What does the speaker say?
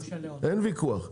אין ויכוח,